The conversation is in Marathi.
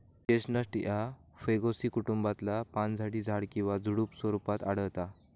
चेस्टनट ह्या फॅगेसी कुटुंबातला पानझडी झाड किंवा झुडुप स्वरूपात आढळता